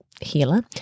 Healer